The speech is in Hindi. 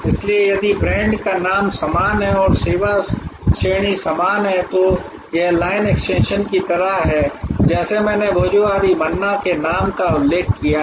इसलिए यदि ब्रांड का नाम समान है और सेवा श्रेणी समान है तो यह लाइन एक्सटेंशन की तरह है जैसे मैंने भोजहोरी मन्ना के नाम का उल्लेख किया है